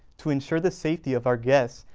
to ensure the safety of our guests,